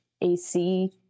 AC